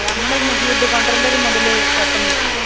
നമ്മള് ഫുഡ് പന്ത്രണ്ടര മുതല് ഓപ്പണിങ്